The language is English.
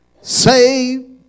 Save